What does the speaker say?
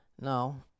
No